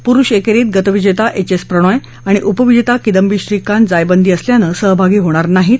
पुरुष एकेरीत गजविजेता एच एस प्रणोय आणि उपविजेता किदंबी श्रीकांत जायबंदी असल्यानं सहभागी होणार नाहीत